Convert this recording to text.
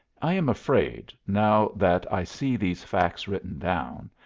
i am afraid, now that i see these facts written down,